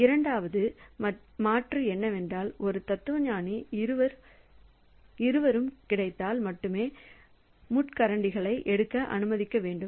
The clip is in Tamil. இரண்டாவது மாற்று என்னவென்றால் ஒரு தத்துவஞானி இருவரும் கிடைத்தால் மட்டுமே முட்கரண்டுகளை எடுக்க அனுமதிக்க வேண்டும்